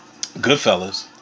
Goodfellas